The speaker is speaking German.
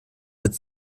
wird